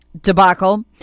debacle